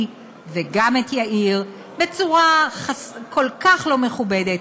וגם את יאיר בצורה כל כך לא מכובדת.